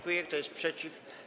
Kto jest przeciw?